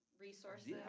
resources